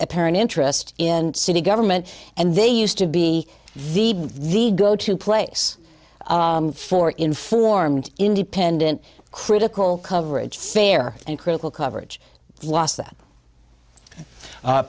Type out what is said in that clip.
apparent interest in city government and they used to be the go to place for informed independent critical coverage fair and critical coverage las